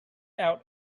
out